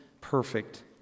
perfect